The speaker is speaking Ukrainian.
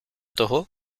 того